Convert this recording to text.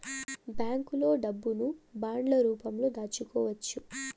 బ్యాంకులో డబ్బును బాండ్ల రూపంలో దాచుకోవచ్చు